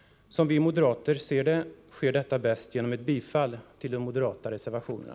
Som vi moderater ser det sker detta bäst genom ett bifall till de moderata reservationerna.